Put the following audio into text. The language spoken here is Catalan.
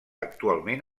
actualment